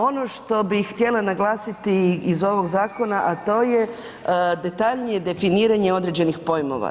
Ono što bi htjela naglasiti iz ovog zakona a to je detaljnije definiranje određenih pojmova.